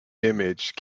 image